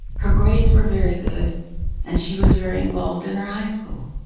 her grades were very good and she was very involved in her high school.